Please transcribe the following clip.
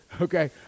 Okay